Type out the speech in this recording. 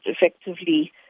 effectively